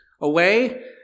away